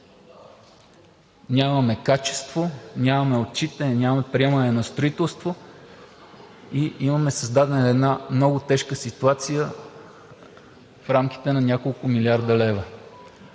Нямаме качество, нямаме отчитане и нямаме приемане на строителство. Имаме създадена много тежка ситуация в рамките на няколко милиарда лева.